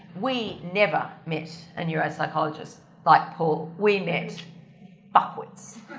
we never met a neuropsychologist like paul. we met fuckwits.